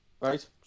Right